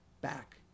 back